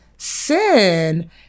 Sin